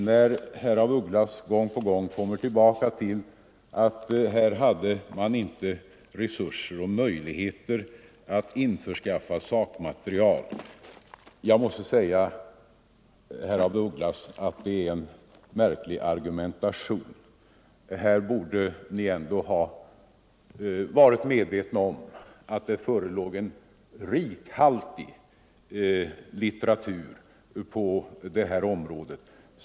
När herr af Ugglas gång på gång kommer tillbaka till att här hade man inte resurser och möjligheter att införskaffa sakmaterial måste jag säga att det är en märklig argumentation. Ni borde ha varit medvetna om att det föreligger en rikhaltig litteratur på det här området.